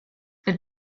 elle